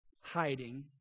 hiding